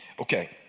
Okay